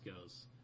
goes